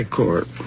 court